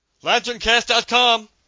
Lanterncast.com